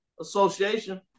Association